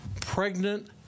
pregnant